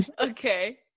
Okay